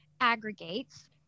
aggregates